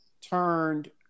turned